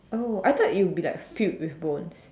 oh I thought it would be like filled with bones